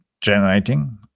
generating